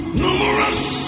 numerous